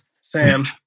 Sam